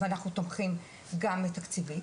ואנחנו תומכים גם תקציבית,